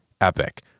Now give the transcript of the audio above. epic